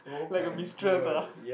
like a mistress ah